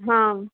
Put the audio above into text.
हा